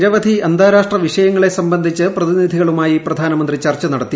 നിരവധി അന്താരാഷ്ട്ര വിഷയങ്ങളെ സംബന്ധിച്ച് പ്രതിനിധികളുമായി പ്രധാനമന്ത്രി ചർച്ചു നടത്തി